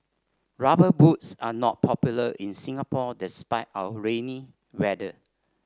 rubber boots are not popular in Singapore despite our rainy weather